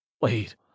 Wait